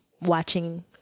watching